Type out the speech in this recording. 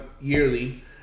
yearly